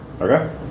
Okay